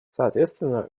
соответственно